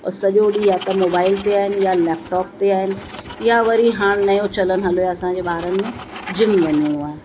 और सॼो ॾींहुं या त मोबाइल ते आहिनि या लैपटॉप ते आहिनि या वरी हाणे नयों चलनि हलियो आहे असांजे ॿारनि में जिम वञिणो आहे